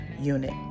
Unit